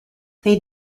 they